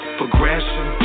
progression